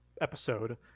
episode